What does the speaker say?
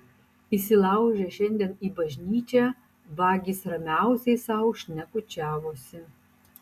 įsilaužę šiandien į bažnyčią vagys ramiausiai sau šnekučiavosi